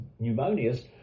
pneumonias